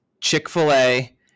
Chick-fil-A